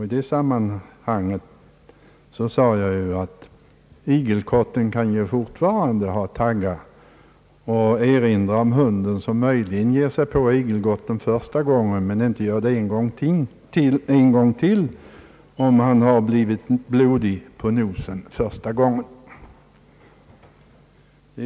I det sammanhanget sade jag att igelkotten fortfarande kan ha taggar och erinrade om hunden som möjligen ger sig på igelkotten första gången men inte gör det en gång till, om han har blivit blodig om nosen första gången.